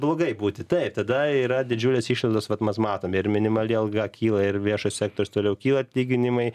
blogai būti taip tada yra didžiulis išlaidos vat mes matome ir minimali alga kyla ir viešasis sektorius toliau kyla atlyginimai